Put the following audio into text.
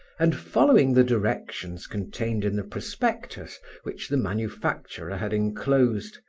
and following the directions contained in the prospectus which the manufacturer had enclosed,